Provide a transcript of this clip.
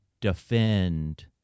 defend